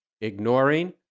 Ignoring